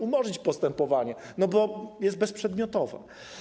Umorzyć postępowanie, bo jest bezprzedmiotowe.